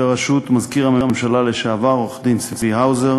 בראשות מזכיר הממשלה לשעבר עו"ד צבי האוזר